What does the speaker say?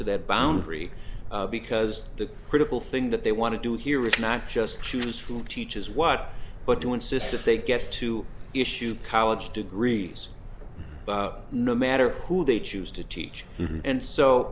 to that boundary because the critical thing that they want to do here is not just choose who teaches what but to insist that they get to issue college degrees no matter who they choose to teach and so